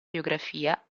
biografia